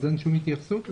אז אין שום התייחסות לתעופה?